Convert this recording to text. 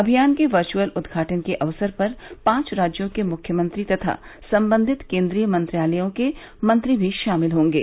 अभियान के वर्चअल उद्घाटन के अवसर पर पांच राज्यों के मुख्यमंत्री तथा संबंधित केंद्रीय मंत्रालयों के मंत्री भी शामिल होंगे